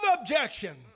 objection